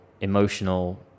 emotional